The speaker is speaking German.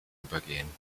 übergehen